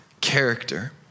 character